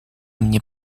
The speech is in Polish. mnie